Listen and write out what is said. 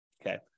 Okay